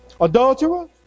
adulterer